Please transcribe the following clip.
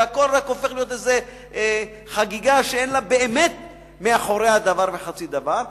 והכול רק הופך לחגיגה שאין באמת מאחוריה דבר וחצי דבר.